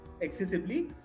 excessively